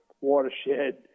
watershed